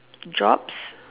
jobs